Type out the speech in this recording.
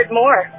more